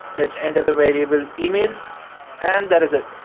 let's enter the variable email and that is it,